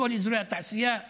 לכל אזורי התעשייה,